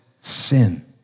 sin